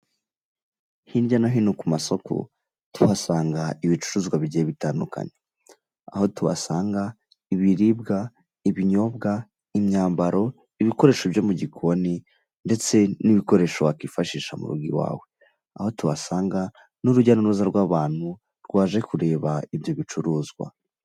Iki ngiki ni icyapa gifite ishusho ya mpande eshatu, umuzenguruko utukura, ubuso bw'umweru, ikirango cy'umukara. Ikingiki nuzakibona uri mu muhanda uzamenyeko uwo muhanda urimo uragendamo iburyo n'ibumoso hashamikiyeho utundi duhanda dutoya.